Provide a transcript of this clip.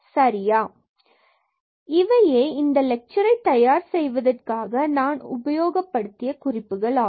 சரியா இவையே இந்த லெட்சரை தயார் செய்வதற்காக நான் உபயோகப்படுத்திய குறிப்புகளாகும்